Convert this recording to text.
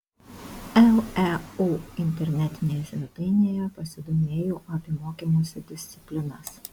leu internetinėje svetainėje pasidomėjau apie mokymosi disciplinas